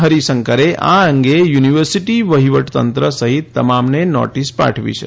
હરિશંકરે આ અંગે યુનિવર્સિટી વહીવટીતંત્ર સહિત તમામને નોટીસ પાઠવી છે